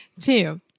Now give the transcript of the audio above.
Two